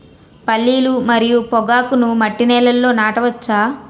పల్లీలు మరియు పొగాకును మట్టి నేలల్లో నాట వచ్చా?